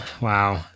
wow